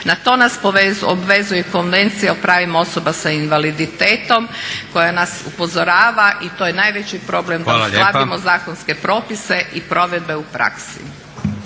Na to nas obvezuje Konvencija o pravima osoba s invaliditetom koja nas upozorava i to je najveći problem da uskladimo zakonske propise i provedbe u praksi.